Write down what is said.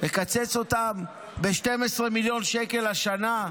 מקצץ אותן ב-12 מיליון שקל השנה,